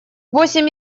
восемь